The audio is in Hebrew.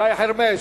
שי חרמש,